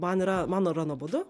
man yra man yra nuobodu